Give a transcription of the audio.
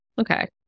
Okay